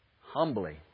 humbly